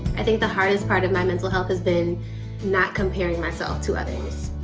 i think the hardest part of my mental health has been not comparing myself to others.